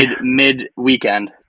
mid-weekend